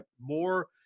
more –